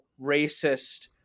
racist